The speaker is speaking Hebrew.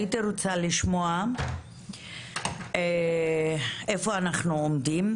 הייתי רוצה לשמוע איפה אנחנו עומדים,